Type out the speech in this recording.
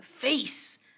face